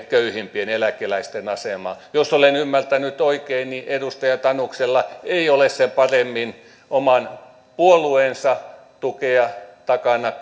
köyhimpien eläkeläisten asemaa jos olen ymmärtänyt oikein niin edustaja tanuksella ei ole sen paremmin oman puolueensa tukea takana